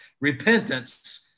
repentance